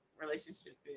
relationship